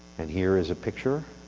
and here is a picture